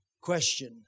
Question